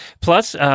Plus